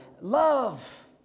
love